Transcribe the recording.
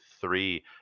three